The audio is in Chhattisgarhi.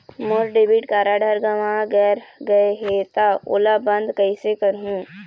मोर डेबिट कारड हर गंवा गैर गए हे त ओला बंद कइसे करहूं?